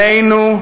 עלינו,